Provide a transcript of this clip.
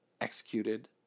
executed